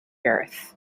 earth